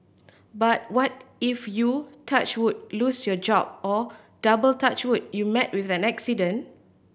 but what if you touch wood lose your job or double touch wood you met with an accident